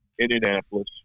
Indianapolis